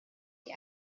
die